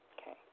Okay